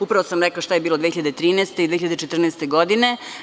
Upravo sam rekla šta je bilo 2013. i 2014. godine.